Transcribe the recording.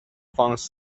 方式